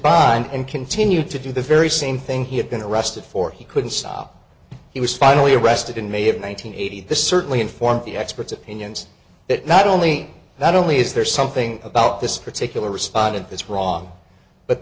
by and continued to do the very same thing he had been arrested for he couldn't stop he was finally arrested in may of one nine hundred eighty this certainly informed the experts opinions that not only that only is there something about this particular respondent that's wrong but